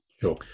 Sure